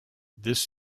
this